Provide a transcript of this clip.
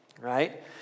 Right